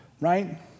Right